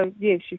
yes